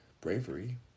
bravery